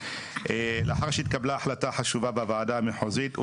לאחר שהתקבלה ההחלטה החשובה בוועדה המחוזית,